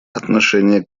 отношение